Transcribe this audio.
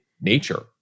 nature